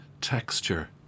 texture